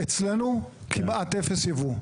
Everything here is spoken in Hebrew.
אצלנו כמעט אפס ייבוא,